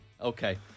okay